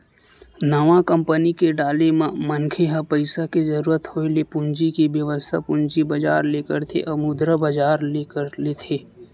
नवा कंपनी के डाले म मनखे ह पइसा के जरुरत होय ले पूंजी के बेवस्था पूंजी बजार ले करथे अउ मुद्रा बजार ले कर लेथे